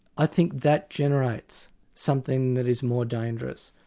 i think that generates something that is more dangerous,